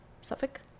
Suffolk